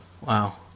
Wow